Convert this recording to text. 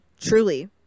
truly